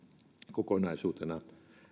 kokonaisuutena